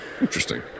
Interesting